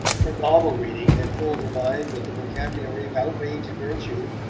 her novel-reading had filled her mind with the vocabulary of outraged virtue,